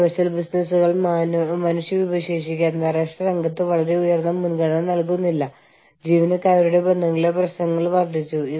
അതിനാൽ ദേശീയ തലത്തിൽ യൂണിയൻ വിമുഖത കാരണം ബഹുരാഷ്ട്ര വിലപേശൽ തങ്ങളിൽ നിന്ന് ഒരു അന്താരാഷ്ട്ര നേതൃത്വത്തിലേക്ക് അധികാരം കൈമാറുമെന്ന് ദേശീയ നേതൃത്വം പലപ്പോഴും ഭയപ്പെടുന്നു